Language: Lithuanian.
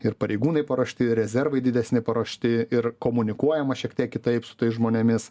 ir pareigūnai paruošti rezervai didesni paruošti ir komunikuojama šiek tiek kitaip su tais žmonėmis